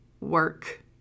work